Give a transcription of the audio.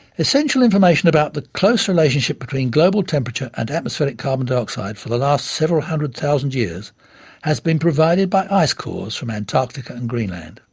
essential information about the close relationship between global temperature and atmospheric carbon dioxide for the last several hundred thousand years has been provided by ice cores from antarctica and greenland.